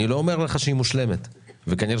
אני לא אומר לך שהיא מושלמת וכנראה